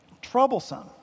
troublesome